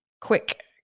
quick